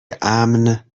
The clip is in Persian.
امن